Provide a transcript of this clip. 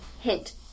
Hint